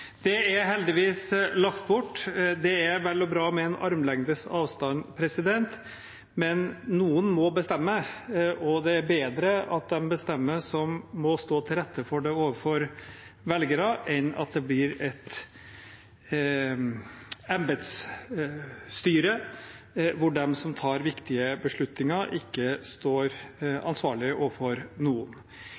Det er heldigvis lagt bort. Det er vel og bra med en armlengdes avstand, men noen må bestemme. Da er det bedre at de bestemmer som må stå til rette for det overfor velgere, enn at det blir et embetsstyre hvor de som tar viktige beslutninger, ikke står ansvarlig overfor noen.